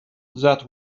that